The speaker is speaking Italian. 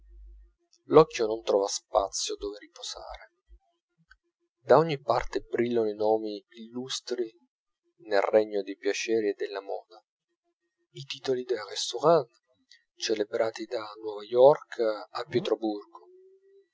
l'occhio non trova spazio dove riposare da ogni parte brillano i nomi illustri nel regno dei piaceri e della moda i titoli dei restaurants celebrati da nuova york a